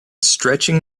stretching